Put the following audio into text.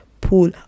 pool